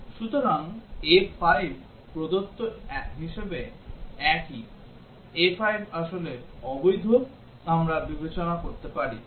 সুতরাং A5 প্রদত্ত হিসাবে একই A5 আসলে অবৈধ আমরা বিবেচনা করতে পারি